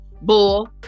bull